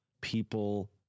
people